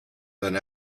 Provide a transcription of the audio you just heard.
than